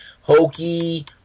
Hokey